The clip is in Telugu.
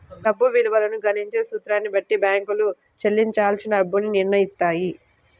డబ్బు విలువను గణించే సూత్రాన్ని బట్టి బ్యేంకులు చెల్లించాల్సిన డబ్బుని నిర్నయిత్తాయి